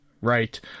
Right